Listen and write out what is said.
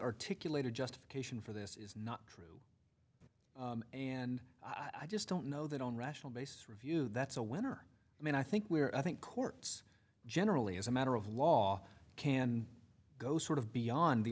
articulated justification for this is not true and i just don't know that on rational basis review that's a winner and i think we're i think courts generally as a matter of law can go sort of beyond the